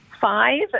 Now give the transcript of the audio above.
Five